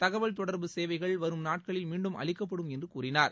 தகவல் தொடர்பு சேவைகள் வரும் நாட்களில் மீண்டும் அளிக்கப்படும் என்று கூறினார்